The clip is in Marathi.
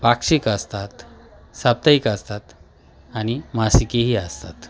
पाक्षीक असतात साप्ताहिक असतात आणि मासिकेही असतात